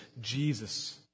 Jesus